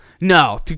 no